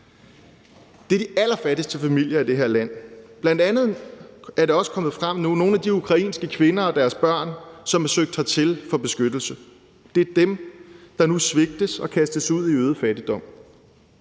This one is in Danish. Det er de allerfattigste familier i det her land. Blandt andet er det også kommet frem nu, at det drejer sig om nogle af de ukrainske kvinder og deres børn, som har søgt hertil for at få beskyttelse – det er dem, der nu svigtes og kastes ud i øget fattigdom.